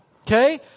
Okay